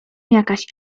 jakaś